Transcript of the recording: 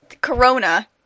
Corona